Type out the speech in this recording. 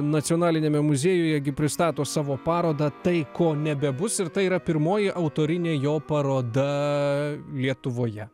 nacionaliniame muziejuje gi pristato savo parodą tai ko nebebus ir tai yra pirmoji autorinė jo paroda lietuvoje